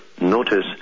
Notice